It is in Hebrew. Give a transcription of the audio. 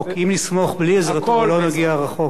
לא, כי אם נסמוך בלי עזרתו לא נגיע רחוק.